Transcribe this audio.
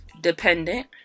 dependent